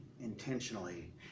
intentionally